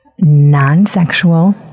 non-sexual